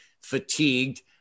fatigued